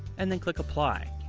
and then click apply.